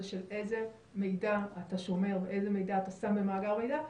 של איזה מידע אתה שומר ואיזה אתה שם במאגר מידע.